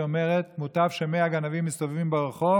שאומרת: מוטב ש-100 גנבים מסתובבים ברחוב